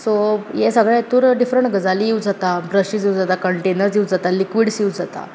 so हे सगळे हातूंत डिफ्रंट गजाली यूज जाता ब्रशीज यूज जाता कंटैनर्स यूज जाता लिक्विड्स यूज जाता